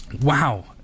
Wow